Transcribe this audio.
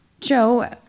Joe